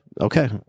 Okay